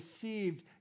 deceived